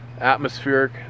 atmospheric